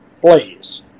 please